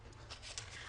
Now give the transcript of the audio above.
מייד.